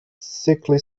sickly